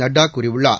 நட்டா கூறியுள்ளார்